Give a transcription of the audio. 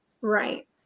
right